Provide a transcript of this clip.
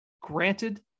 granted